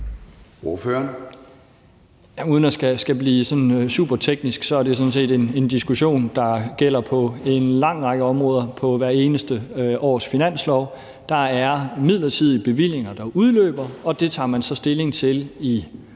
Uden at skulle blive sådan superteknisk er det sådan set en diskussion, der gælder på en lang række områder på hvert eneste års finanslov. Der er midlertidige bevillinger, der udløber, og dem tager man så stilling til i